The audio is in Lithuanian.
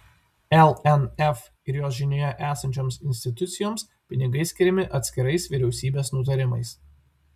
lnf ir jos žinioje esančioms institucijoms pinigai skiriami atskirais vyriausybės nutarimais